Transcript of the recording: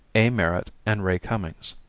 a. merritt and ray cummings.